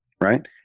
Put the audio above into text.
right